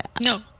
No